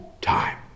time